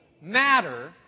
matter